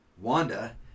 Wanda